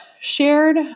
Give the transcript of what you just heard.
shared